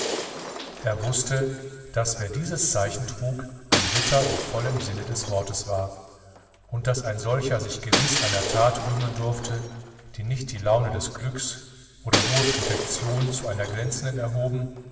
er wußte daß wer dieses zeichen trug ein ritter im vollen sinn des wortes war und daß ein solcher sich gewiß einer tat rühmen durfte die nicht die laune des glücks oder hohe protektion zu einer glänzenden erhoben